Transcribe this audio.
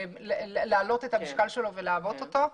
להעלות את המשקל שלו ולעבות אותו.